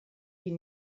die